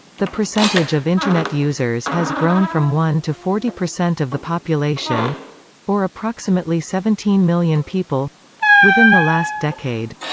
the percentage of internet users has grown from one to forty percent of the population or approximately seventeen million people within the last decade.